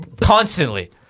constantly